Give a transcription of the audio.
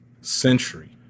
Century